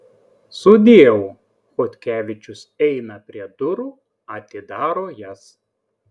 sudieu chodkevičius eina prie durų atidaro jas